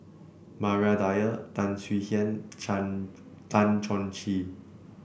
Maria Dyer Tan Swie Hian Chan Tan Chong Tee